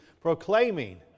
proclaiming